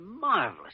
marvelous